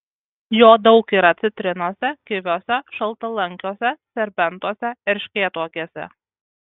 jo daug yra citrinose kiviuose šaltalankiuose serbentuose erškėtuogėse